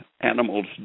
animals